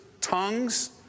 Tongues